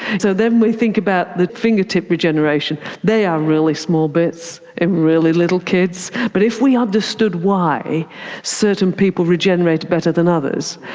so then we think about the fingertip regeneration. they are really small bits in really little kids, but if we understood why certain people regenerated better than others,